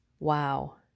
wow